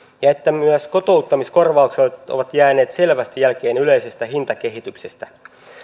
ja että myös kotouttamiskorvaukset ovat jääneet selvästi jälkeen yleisestä hintakehityksestä